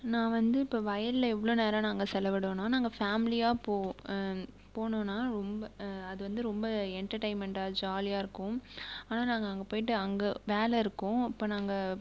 நான் வந்து இப்போது வயலில் எவ்வளோ நேர நாங்கள் செலவிடுவோன்னோ நாங்கள் ஃபேமிலியாக போவோம் போனோன்னா ரொம்ப அது வந்து ரொம்ப என்டர்டெயின்மெண்ட்டாக ஜாலியாக இருக்கும் ஆனால் நாங்கள் அங்கே போயிட்டு அங்கே வேலை இருக்கும் அப்போது நாங்கள்